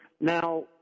Now